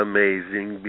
Amazing